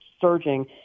surging